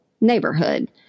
neighborhood